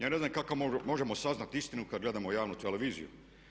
Ja ne znam kako možemo saznati istinu kada gledamo javnu televiziju.